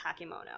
Hakimono